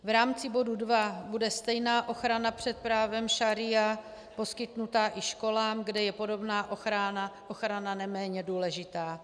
V rámci bodu dva bude stejná ochrana před právem šaría poskytnuta i školám, kde je podobná ochrana neméně důležitá.